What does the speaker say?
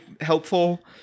helpful